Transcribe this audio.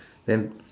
then